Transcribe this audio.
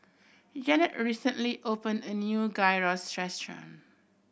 Janet recently opened a new Gyros Restaurant